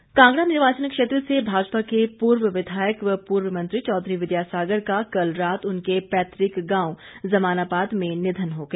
निधन कांगड़ा निर्वाचन क्षेत्र से भाजपा के पूर्व विधायक व पूर्व मंत्री चौधरी विद्यासागर का कल रात उनके पैतुक गांव जमानाबाद में निधन हो गया